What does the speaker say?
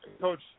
coach